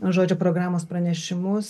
žodžio programos pranešimus